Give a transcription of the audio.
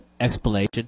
explanation